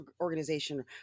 organization